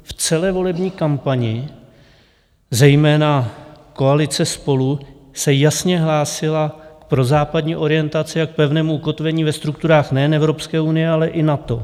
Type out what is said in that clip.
V celé volební kampani zejména koalice Spolu se jasně hlásila k prozápadní orientaci a k pevnému ukotvení ve strukturách nejen Evropské unie, ale i NATO.